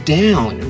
down